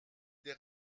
des